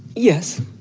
yes